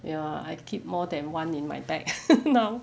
ya I keep more than one in my bag now